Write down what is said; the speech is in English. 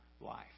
life